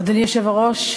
אדוני היושב-ראש,